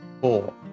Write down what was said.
four